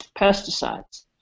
pesticides